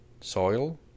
Soil